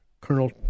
Colonel